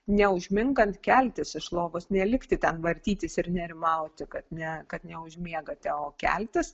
neužmingant keltis iš lovos nelikti ten vartytis ir nerimauti kad ne kad neužmiegate o keltis